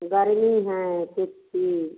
गर्मी है कितनी